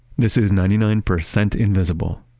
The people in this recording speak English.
this is ninety nine percent invisible.